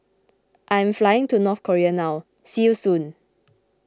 I am flying to North Korea now see you soon